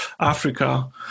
africa